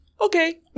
okay